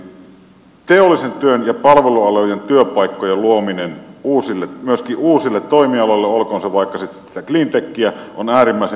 lopetan siihen eli teollisen työn ja palvelualojen työpaikkojen luominen myöskin uusille toimialoille olkoon se vaikka sitten sitä cleantechiä on äärimmäisen tärkeää